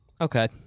okay